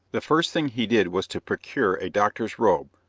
the first thing he did was to procure a doctor's robe,